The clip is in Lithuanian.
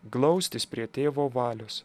glaustis prie tėvo valios